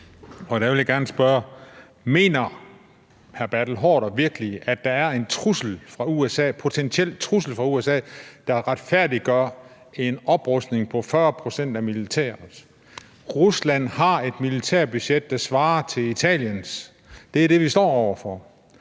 Mener hr. Bertel Haarder virkelig, at der er en trussel, potentiel trussel fra Rusland , der retfærdiggør en oprustning af militæret på 40 pct.? Rusland har et militærbudget, der svarer til Italiens. Det er det, vi står over for.